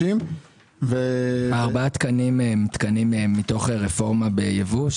4 תקנים הם מתוך רפורמה בייבוא,